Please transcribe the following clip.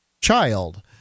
child